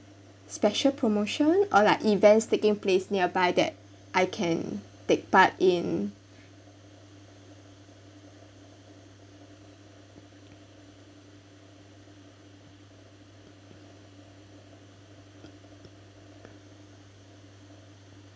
special promotion or like events taking place nearby that I can take part in